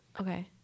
Okay